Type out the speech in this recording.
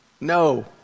No